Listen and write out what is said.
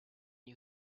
you